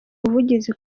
ubuvugizi